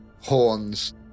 horns